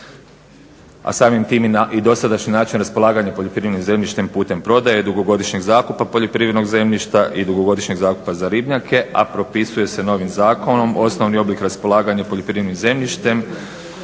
a samim tim i dosadašnji način raspolaganja poljoprivrednim zemljištem putem prodaje dugogodišnjeg zakupa poljoprivrednog zemljišta i dugogodišnjeg zakupa za ribnjake a propisuje se novim zakonom. Osnovni oblik raspolaganja poljoprivrednim zemljištem